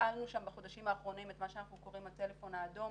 הפעלנו שם בחודשים האחרונים את מה שאנחנו קוראים לו "הטלפון האדום"